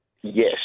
Yes